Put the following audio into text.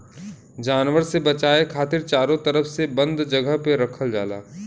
जानवर से बचाये खातिर चारो तरफ से बंद जगह पे रखल जाला